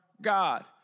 God